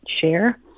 share